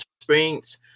Springs